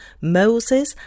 Moses